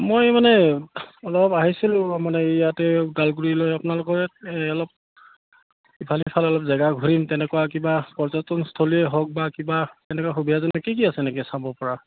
মই মানে অলপ আহিছিলোঁ মানে ইয়াতে ওদালগুৰিলৈ আপোনালোক এই অলপ ইফালে সিফালে অলপ জেগা ঘূৰিম তেনেকুৱা কিবা পৰ্যটনস্থলীয়ে হওক বা কিবা তেনেকুৱা সুবিধাজনক কি কি আছে নেকি চাব পৰা